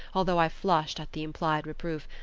although i flushed at the implied reproof,